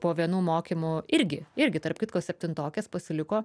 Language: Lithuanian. po vienų mokymų irgi irgi tarp kitko septintokės pasiliko